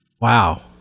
Wow